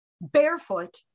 barefoot